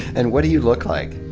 and what do you look like?